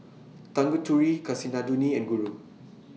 Tanguturi Kasinadhuni and Guru